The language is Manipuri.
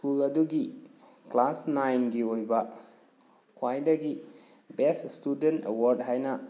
ꯁ꯭ꯀꯨꯜ ꯑꯗꯨꯒꯤ ꯀ꯭ꯂꯥꯁ ꯅꯥꯏꯟꯒꯤ ꯑꯣꯏꯕ ꯈ꯭ꯋꯥꯏꯗꯒꯤ ꯕꯦꯁꯠ ꯏꯁꯇꯨꯗꯦꯟ ꯑꯦꯋꯥꯔꯗ ꯍꯥꯏꯅ